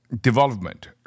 development